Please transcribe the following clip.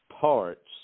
parts